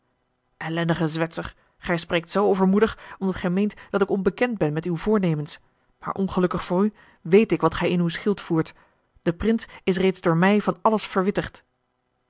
ellendige zwetser gij spreekt zoo overmoedig omdat gij meent dat ik onbekend ben met uwe voornemens maar ongelukkig voor u weet ik wat gij in uw schild voert de prins is reeds door mij van alles verwittigd